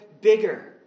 bigger